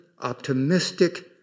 optimistic